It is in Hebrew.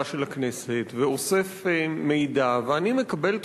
של הכנסת ואוסף מידע ואני מקבל תחושה,